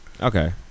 Okay